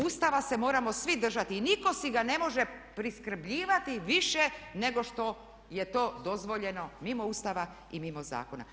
Ustava se moramo svi držati i nitko si ga ne može priskrbljivati više nego što je to dozvoljeno mimo Ustava i mimo zakona.